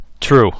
True